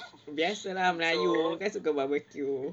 biasa lah melayu kan suka barbeque